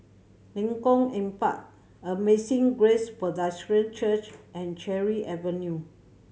Lengkong Empat Amazing Grace Presbyterian Church and Cherry Avenue